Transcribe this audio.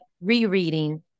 Rereading